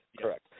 Correct